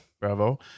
Bravo